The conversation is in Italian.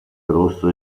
rosso